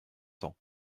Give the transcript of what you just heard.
temps